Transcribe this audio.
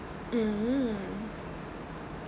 mmhmm